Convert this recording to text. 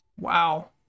Wow